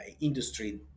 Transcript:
industry